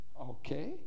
Okay